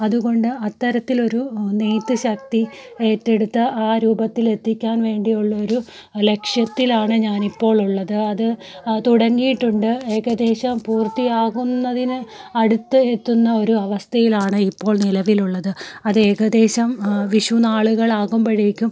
അതുകൊണ്ട് അത്തരത്തിലൊരു നെയ്ത്ത് ശക്തി ഏറ്റെടുത്ത് ആ രൂപത്തിൽ എത്തിക്കാൻ വേണ്ടിയുള്ളൊരു ലക്ഷ്യത്തിലാണ് ഞാനിപ്പോഴുള്ളത് അത് തുടങ്ങിയിട്ടുണ്ട് ഏകദേശം പൂർത്തിയാകുന്നതിന് അടുത്ത് എത്തുന്ന ഒരു അവസ്ഥയിലാണ് ഇപ്പോൾ നിലവിലുള്ളത് അത് ഏകദേശം വിഷു നാളുകളാകുമ്പോഴേക്കും